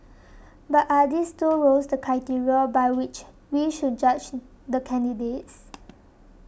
but are these two roles the criteria by which we should judge the candidates